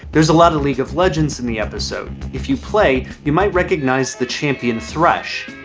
there's a lot of league of legends in the episode if you play, you might recognize the champion thresh.